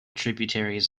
tributaries